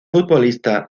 futbolista